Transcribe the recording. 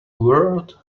word